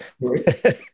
Right